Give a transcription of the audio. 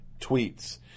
tweets